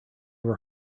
were